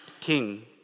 King